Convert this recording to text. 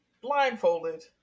Blindfolded